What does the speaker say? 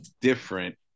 different